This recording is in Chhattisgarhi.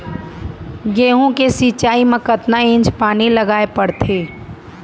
गेहूँ के सिंचाई मा कतना इंच पानी लगाए पड़थे?